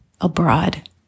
abroad